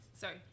sorry